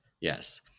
Yes